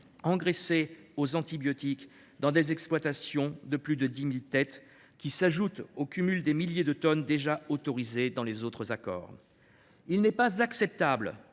engraissée aux antibiotiques dans des exploitations de plus de 10 000 têtes, qui s’ajoutent au cumul des milliers de tonnes déjà autorisées dans les autres accords. Il n’est pas acceptable